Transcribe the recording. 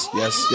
yes